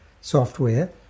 software